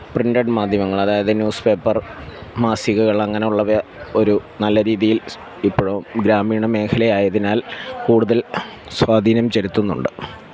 printed മാധ്യമങ്ങളതായത് newspaper മാസികകളങ്ങനൊള്ളവയ ഒരു നല്ല രീതിയില് ഇപ്പോഴും ഗ്രാമീണ മേഖലയായതിനാല് കൂടുതല് സ്വാധീനം ചെലുത്തുന്നുണ്ട്